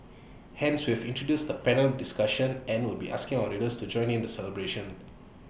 hence we have introduced the panel discussion and will be asking our readers to join in the celebration